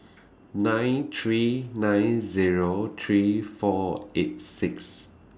nine three nine Zero three four eight six